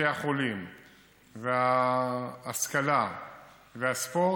בתי החולים וההשכלה והספורט,